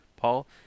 Paul